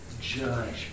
judge